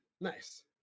Nice